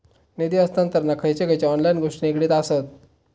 निधी हस्तांतरणाक खयचे खयचे ऑनलाइन गोष्टी निगडीत आसत?